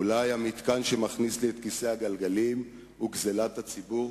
אולי המתקן שמכניס לי את כיסא הגלגלים הוא גזלת הציבור?